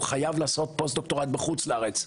הוא חייב לעשות פוסט-דוקטורט בחוץ לארץ,